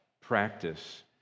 practice